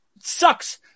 sucks